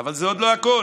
אבל זה עוד לא הכול: